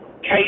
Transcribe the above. Kate